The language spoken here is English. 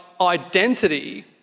identity